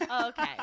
Okay